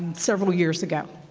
several years ago.